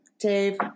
Dave